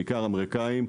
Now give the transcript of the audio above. בעיקר אמריקאים,